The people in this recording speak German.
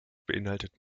beinhaltet